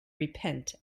repent